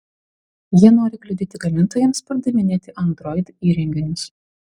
jie nori kliudyti gamintojams pardavinėti android įrenginius